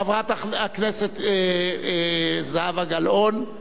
חברת הכנסת זהבה גלאון.